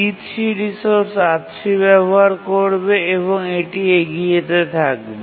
T3 resource R3 ব্যবহার করবে এবং এটি এগিয়ে যেতে থাকবে